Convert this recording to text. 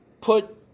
put